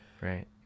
right